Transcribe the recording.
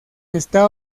está